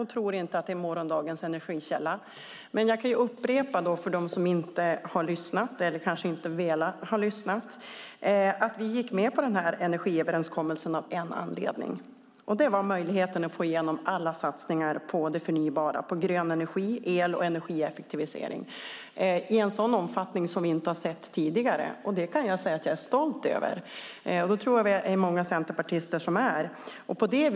Vi tror inte att det är morgondagens energikälla. För dem som inte har lyssnat eller inte har velat lyssna kan jag upprepa att vi gick med på den här energiöverenskommelsen av en anledning. Det var möjligheten att få igenom satsningar på det förnybara, på grön energi, el och energieffektivisering, i en sådan omfattning som vi inte har sett tidigare. Det är jag stolt över, och jag tror att vi är många centerpartister som är det.